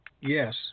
Yes